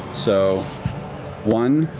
so one,